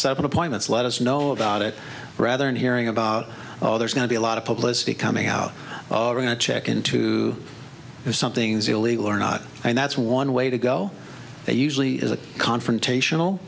should appointments let us know about it rather than hearing about oh there's going to be a lot of publicity coming out going to check into if something's illegal or not and that's one way to go they usually is a confrontational